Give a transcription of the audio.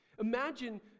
Imagine